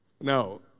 Now